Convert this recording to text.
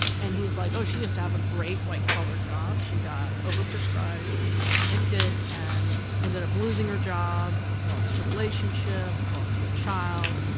and he's like, oh, she used to have a great white collar job. she got overprescribed, became addicted, and ended up losing her job, lost her relationship, lost her child,